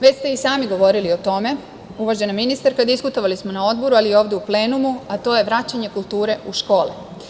Već ste i sami govorili o tome, uvažena ministarka, diskutovali smo na odboru, ali i ovde u plenumu, a to je vraćanje kulture u škole.